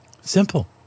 Simple